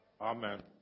Amen